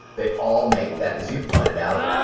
they all make that, as you pointed out,